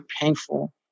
painful